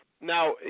Now